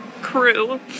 crew